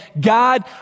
God